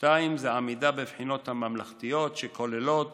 2. עמידה בבחינות הממלכתיות, שכוללות